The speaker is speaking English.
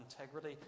integrity